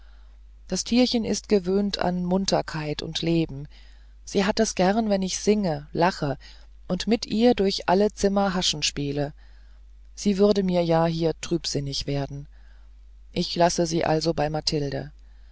das tierchen ist gewöhnt an munterkeit und leben sie hat es gern wenn ich singe lache und mit ihr durch alle zimmer haschen spiele sie würde mir ja hier trübsinnig werden ich lasse sie also bei mathilde